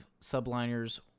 subliners